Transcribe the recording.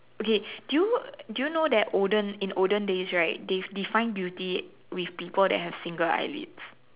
okay do you do you know that olden in olden days right they define beauty with people that have single eyelids